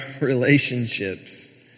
relationships